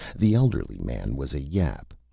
the elderly man was a yap.